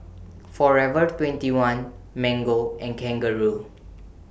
Forever twenty one Mango and Kangaroo